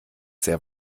sehr